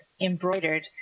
embroidered